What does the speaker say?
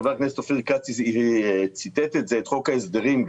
חבר הכנסת אופיר כץ ציטט את חוק ההסדרים,